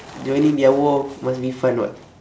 joining their war must be fun [what]